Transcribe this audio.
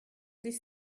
sich